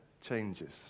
changes